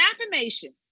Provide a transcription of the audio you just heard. affirmation